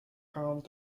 home